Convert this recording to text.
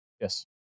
Yes